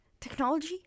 technology